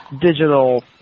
digital